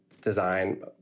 design